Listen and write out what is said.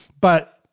but-